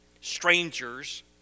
strangers